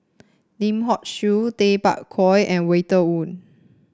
Lim Hock Siew Tay Bak Koi and Walter Woon